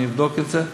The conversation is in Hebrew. אני אבדוק את זה.